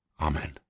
Amen